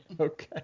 Okay